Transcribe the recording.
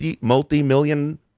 multi-million